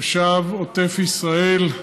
תושב עוטף ישראל,